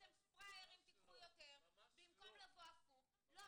אתם פראיירים תיקחו יותר במקום לבוא הפוך -- ממש לא -- אבל